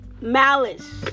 malice